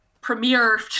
premier